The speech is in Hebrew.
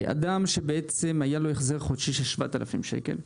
אדם שבעצם היה לו החזר חודשי של 7,000 שקל.